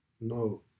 No